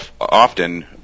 often